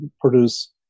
produce